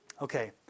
Okay